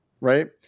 right